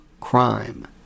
crime